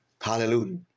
Hallelujah